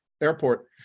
Airport